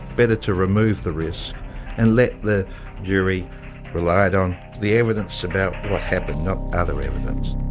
better to remove the risk and let the jury rely on the evidence about what happened, not other evidence.